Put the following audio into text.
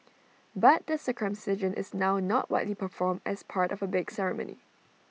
but the circumcision is now not widely performed as part of A big ceremony